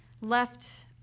left